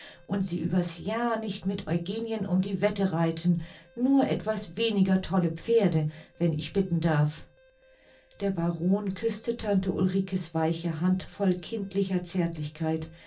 und sie über's jahr nicht mit eugenien um die wette reiten nur etwas weniger tolle pferde wenn ich bitten darf der baron küßte tante ulrike's weiche hand voll kindlicher zärtlichkeit